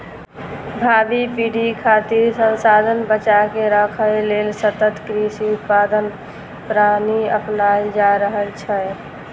भावी पीढ़ी खातिर संसाधन बचाके राखै लेल सतत कृषि उत्पादन प्रणाली अपनाएल जा रहल छै